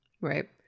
Right